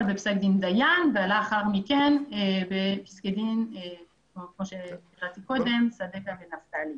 בפסק דין דיין ולאחר מכן בפסקי דין טבקה ונפתלי.